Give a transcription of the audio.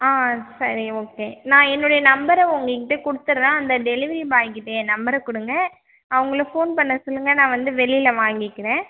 ஆ சரி ஓகே நான் என்னுடைய நம்பரை உங்ககிட்ட கொடுத்துட்றேன் அந்த டெலிவரி பாய்கிட்ட என் நம்பரை கொடுங்க அவங்கள ஃபோன் பண்ண சொல்லுங்கள் நான் வந்து வெளியில வாங்கிக்கிறேன்